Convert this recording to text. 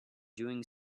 doing